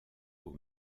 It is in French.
aux